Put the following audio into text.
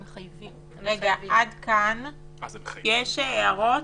המחייבים." עד כאן יש הערות?